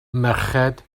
merched